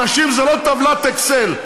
אנשים זה לא טבלת אקסל,